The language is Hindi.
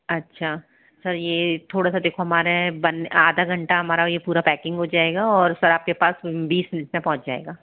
अच्छा सर ये थोड़ा सा देखो हमारे बन्दे आधा घंटा हमारा ये पूरा पेकिंग में हो जाएगा और सर आपके बीस मीनट में पहुँच जाएगा